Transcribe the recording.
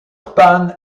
pan